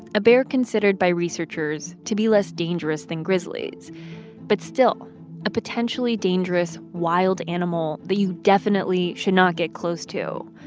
a bear considered by researchers to be less dangerous than grizzlies but still a potentially dangerous wild animal that you definitely should not get close to.